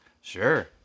Sure